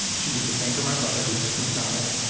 um she did the same for my brother. he picked mcdonald's.